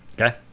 Okay